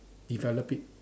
develop it